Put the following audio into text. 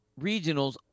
regionals